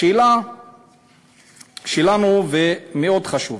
השאלה שלנו מאוד חשובה.